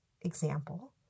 example